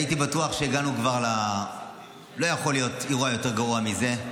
-- והייתי בטוח שכבר לא יכול להיות אירוע גרוע מזה.